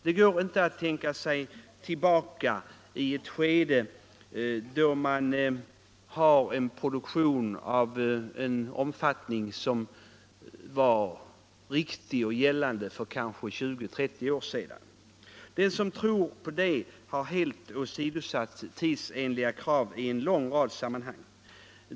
Det går inte att tänka sig tillbaka till de förhållanden som rådde för kanske 20 å 30 år sedan. Den som tror på det har helt åsidosatt tidsenliga krav i en lång rad av sammanhang.